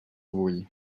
vull